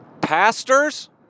pastors